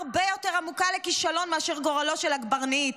הרבה יותר עמוקה לכישלון מאשר גורלו של הקברניט,